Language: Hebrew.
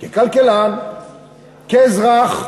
ככלכלן, כאזרח,